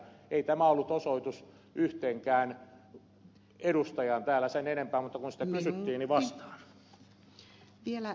ei tämä ollut osoitus yhteenkään edustajaan täällä sen enempää mutta kun sitä kysyttiin niin vastaan